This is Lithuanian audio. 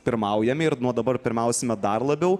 pirmaujame ir nuo dabar pirmausime dar labiau